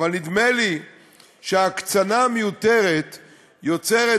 אבל נדמה לי שהקצנה מיותרת יוצרת